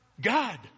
God